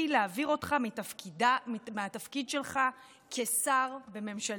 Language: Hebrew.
להעביר אותך מהתפקיד שלך כשר בממשלתי.